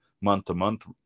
month-to-month